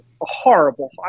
horrible